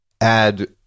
add